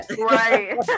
Right